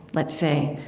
let's say,